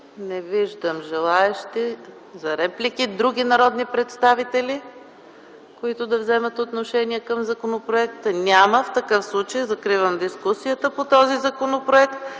Не виждам желаещи за реплики. Други народни представители, които желаят да вземат отношение към законопроекта? Няма. В такъв случай закривам дискусията по този законопроект